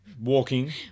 Walking